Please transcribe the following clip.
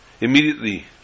Immediately